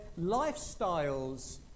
lifestyles